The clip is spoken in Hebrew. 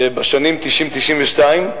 בשנים 1990 1992,